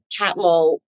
Catmull